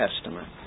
Testament